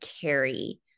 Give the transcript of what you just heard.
carry